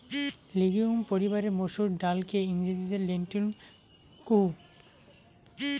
legume পরিবারের মসুর ডালকে ইংরেজিতে লেন্টিল কুহ